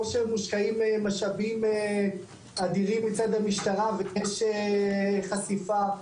שמושקעים משאבים אדירים מצד המשטרה ויש חשיפה,